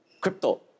crypto